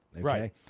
Right